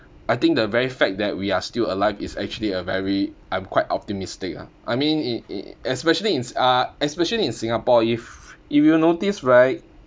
I think the very fact that we are still alive is actually a very I'm quite optimistic ah I mean in in especially in s~ ah especially in singapore if if you notice right